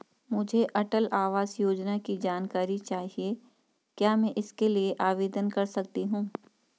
मुझे अटल आवास योजना की जानकारी चाहिए क्या मैं इसके लिए आवेदन कर सकती हूँ?